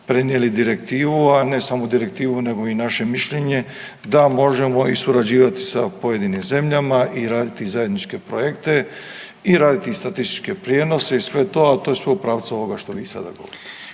prenijeli direktivu, a ne samo Direktivu, nego i naše mišljenje da možemo i surađivati sa pojedinim zemljama i raditi zajedničke projekte i raditi statističke prijenose i sve to, ali to je sve u pravcu ovoga što vi sada govorite.